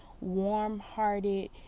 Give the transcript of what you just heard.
warm-hearted